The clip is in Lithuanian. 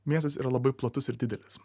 miestas yra labai platus ir didelis